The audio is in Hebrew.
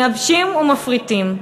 מייבשים ומפריטים,